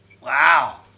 Wow